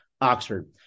Oxford